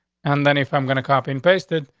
and then if i'm gonna copy and paste it,